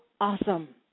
awesome